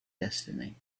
destiny